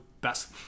best